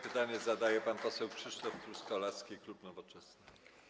Pytanie zadaje pan poseł Krzysztof Truskolaski, klub Nowoczesna.